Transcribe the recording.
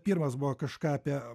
pirmas buvo kažką apie